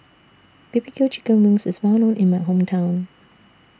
B B Q Chicken Wings IS Well known in My Hometown